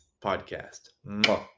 podcast